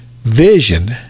Vision